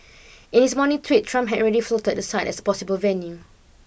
in his morning tweet Trump had already floated the site as a possible venue